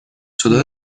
شده